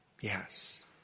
Yes